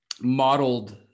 modeled